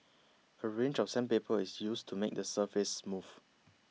a range of sandpaper is used to make the surface smooth